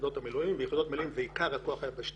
ביחידות המילואים שמהוות את עיקר הכוח היבשתי.